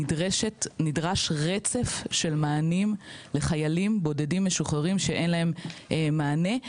נדרש רצף של מענים לחיילים בודדים משוחררים שאין להם מענה.